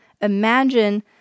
Imagine